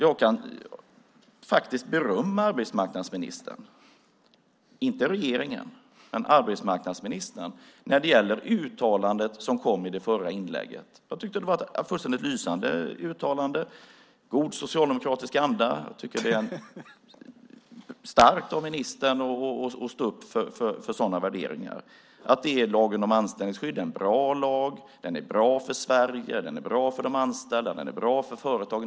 Jag kan faktiskt berömma arbetsmarknadsministern - inte regeringen - för uttalandet i det förra inlägget. Jag tycker att det var ett lysande uttalande i god socialdemokratisk anda. Det är starkt av ministern att stå upp för sådana värderingar: Lagen om anställningsskydd är en bra lag, den är bra för Sverige, den är bra för de anställda och den är bra för företagen.